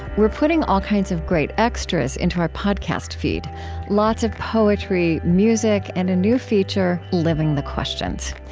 we are putting all kinds of great extras into our podcast feed lots of poetry, music, and a new feature, living the questions.